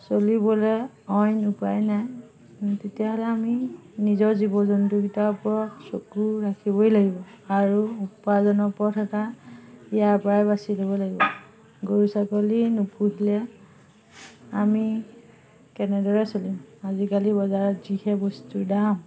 চলিবলৈ অইন উপায় নাই তেতিয়াহ'লে আমি নিজৰ জীৱ জন্তুকেইটাৰ ওপৰত চকু ৰাখিবই লাগিব আৰু উপাৰ্জনৰ পথ এটা ইয়াৰপৰাই বাচি ল'ব লাগিব গৰু ছাগলী নোপোহিলে আমি কেনেদৰে চলিম আজিকালি বজাৰত যিহে বস্তুৰ দাম